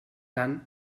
tant